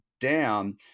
down